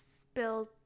spilled